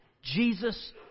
Jesus